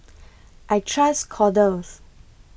I Trust Kordel's